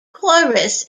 chorus